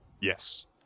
Yes